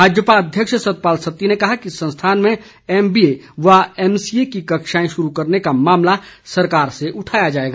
भाजपा अध्यक्ष सतपाल सत्ती ने कहा कि संस्थान में एमबीए व एमसीए की कक्षाएं शुरू करने का मामला सरकार से उठाया जाएगा